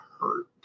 hurt